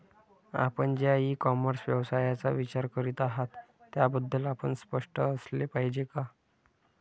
आपण ज्या e-commerce व्यवसायाचा विचार करीत आहात त्याबद्दल आपण स्पष्ट असले पाहिजे का?